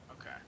Okay